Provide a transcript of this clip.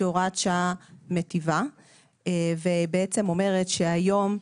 שהיא הוראת שעה מיטיבה ואומרת שהיום,